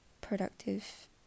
productive